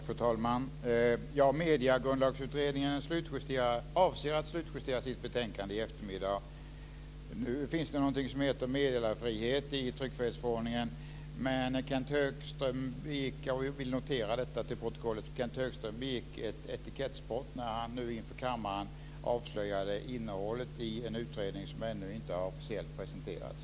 Fru talman! Mediegrundlagsutredningen avser att slutjustera sitt betänkande i eftermiddag. Det finns enligt tryckfrihetsförordningen något som heter meddelarfrihet, men jag vill till protokollet få noterat att Kenth Högström begick ett etikettsbrott när han nyss inför kammaren avslöjade innehållet i en utredning som ännu inte officiellt har presenterats.